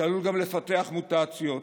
שעלול גם לפתח מוטציות,